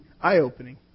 eye-opening